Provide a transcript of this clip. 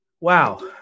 wow